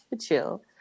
chill